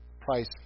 price